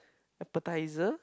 appetizer